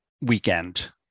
weekend